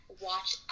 Watch